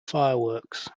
fireworks